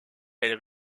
elle